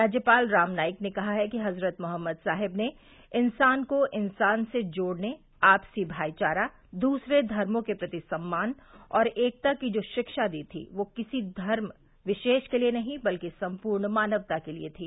राज्यपाल राम नाईक ने कहा है कि हजरत मोहम्मद साहेब ने इंसान को इंसान से जोड़ने आपसी भाईचारा दूसरे धर्मो के प्रति सम्मान और एकता की जो शिक्षा दी थी वह किसी वर्ग विशेष के लिए नहीं बल्कि सम्पूर्ण मानवता के लिए थी